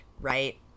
right